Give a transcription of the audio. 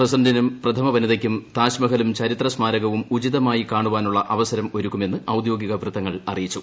പ്രസിഡന്റിനും പ്രഥമ വനിതയ്ക്കും താജ്മഹലും ചരിത്ര സ്മാരകവും ഉചിതമായി കാണാനുള്ള അവസരമൊരുക്കുമെന്ന് ഔദ്യോഗിക വൃത്തങ്ങൾ അറിയിച്ചു